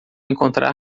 encontrar